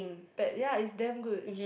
pad ya it's damn good